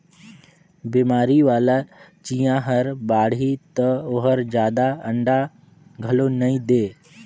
बेमारी वाला चिंया हर बाड़ही त ओहर जादा अंडा घलो नई दे